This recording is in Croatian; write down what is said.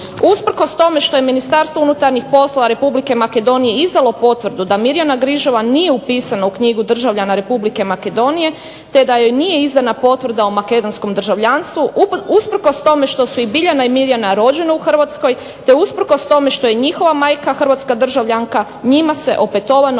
Usprkos tome što je Ministarstvo unutarnjih poslova Republike Makedonije izdalo potvrdu da Mirjana Grižova nije upisana u knjigu državljana Republike Makedonije te da joj nije izdana potvrda o Makedonskom državljanstvu usprkos tome što su i Biljana i Mirjana rođene u Hrvatskoj, te usprkos tome što je njihova majka hrvatska državljanka njima se opetovano